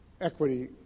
equity